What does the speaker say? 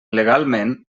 legalment